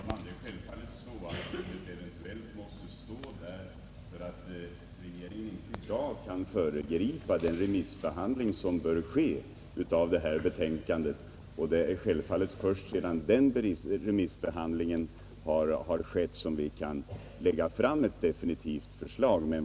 Herr talman! Självfallet måste ett ”eventuellt” stå där, eftersom regeringen inte i dag kan föregripa den remissbehandling som bör ske av detta betänkande. Först sedan den remissbehandlingen har skett, kan vi lägga fram ett definitivt förslag.